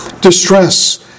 distress